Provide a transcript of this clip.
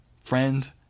Friend